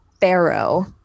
Pharaoh